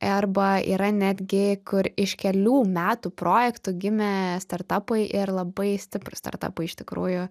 arba yra netgi kur iš kelių metų projektų gimė startapai ir labai stiprūs startapai iš tikrųjų